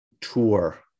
tour